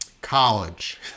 College